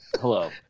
Hello